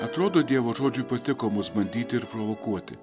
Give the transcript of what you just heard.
atrodo dievo žodžiui patiko mus bandyti ir provokuoti